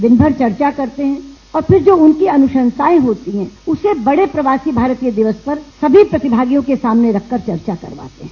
दिन भर चर्चा करते है और फिर जो उनकी अनुशंसाय होती है उसे बड़े प्रवासी भारतीय दिवस पर सभी प्रतिभागियों के सामने रखकर चर्चा करवाते है